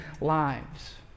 lives